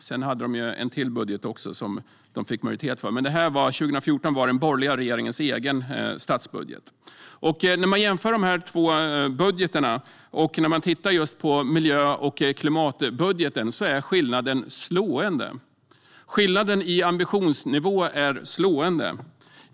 Sedan hade de en till budget som de fick majoritet för, men budgeten för 2014 var den borgerliga regeringens egen statsbudget. När man jämför dessa två budgetar och tittar just på miljö och klimatbudgeten ser man att skillnaden är slående. Skillnaden i ambitionsnivå är slående.